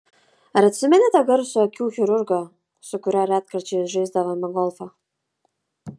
ar atsimeni tą garsų akių chirurgą su kuriuo retkarčiais žaisdavome golfą